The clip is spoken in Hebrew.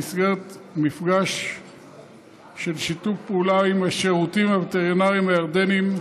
במסגרת מפגש שיתוף פעולה עם השירותים הווטרינריים הירדניים